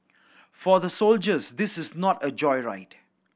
for the soldiers this is not a joyride